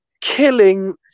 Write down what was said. killing